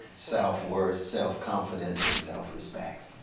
self-worth, self-confidence, and self-respect?